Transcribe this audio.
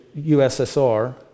USSR